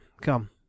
Come